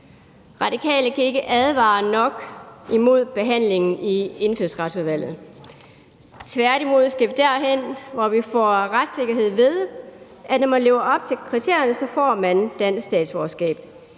Radikale kan ikke advare nok imod behandlingen i Indfødsretsudvalget. Vi skal tværtimod derhen, hvor vi får en retssikkerhed, ved at man, når man lever op til kriterierne, får dansk statsborgerskab.